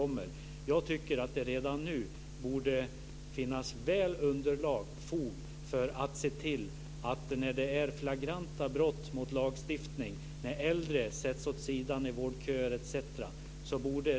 Det är dock bråttom med tanke på de rapporter som kommer om flagranta brott mot lagstiftningen där äldre sätts åt sidan i vårdköer etc.